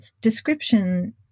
description